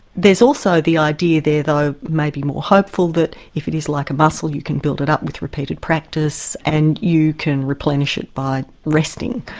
there's also the idea there though maybe more hopeful that if if it is like a muscle, you can build it up with repeated practice and you can replenish it by resting,